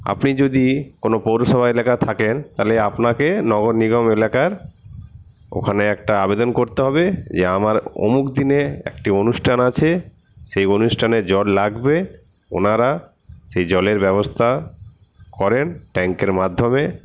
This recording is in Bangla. আপনি যদি কোনও পৌরসভা এলাকায় থাকেন তাহলে আপনাকে নগর নিগম এলাকার ওখানে একটা আবেদন করতে হবে যে আমার অমুক দিনে একটি অনুষ্ঠান আছে সেই অনুষ্ঠানে জল লাগবে ওঁরা সেই জলের ব্যবস্থা করেন ট্যাঙ্কের মাধ্যমে